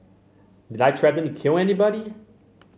did I threaten to kill anybody